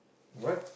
what